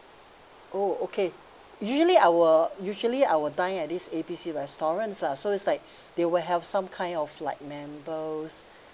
oh okay usually I'll usually I'll dine at this A B C restaurant lah so is like there will have some kind of like members